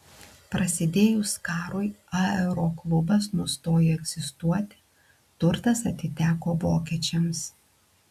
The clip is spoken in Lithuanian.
prasidėjus karui aeroklubas nustojo egzistuoti turtas atiteko vokiečiams